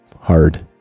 hard